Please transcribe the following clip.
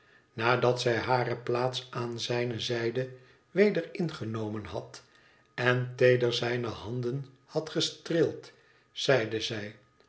nadat zij hare plaats aan zijne zijde weder ingenomen had en teeder zijne handen had gestreeld zeide zij